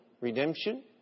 Redemption